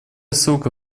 ссылка